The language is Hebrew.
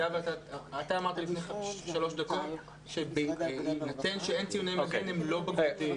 אתה אמרת לפני שלוש דקות שבהינתן שאין ציוני מגן הם לא בגרותיים.